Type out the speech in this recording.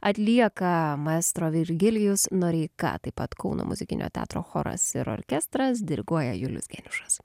atlieka maestro virgilijus noreika taip pat kauno muzikinio teatro choras ir orkestras diriguoja julius geniušas